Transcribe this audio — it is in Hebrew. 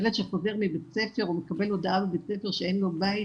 ילד שחוזר מבית ספר או מקבל הודעה בבית הספר שאין לו בית,